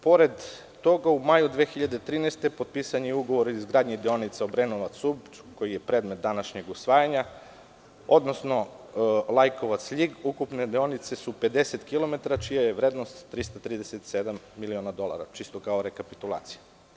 Pored toga, u maju 2013. godine potpisan je ugovor o izgradnji deonica Obrenovac–Ub, koji je predmet današnjeg usvajanja, odnosno Lajkovac-Ljig, ukupne deonice su 50 kilometara, čija je vrednost 337 miliona dolara, čisto kao rekapitulacija.